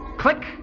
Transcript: Click